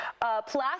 plastic